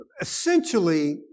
Essentially